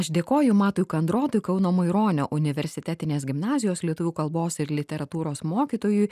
aš dėkoju matui kandrotui kauno maironio universitetinės gimnazijos lietuvių kalbos ir literatūros mokytojui